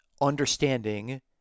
understanding